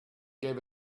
gave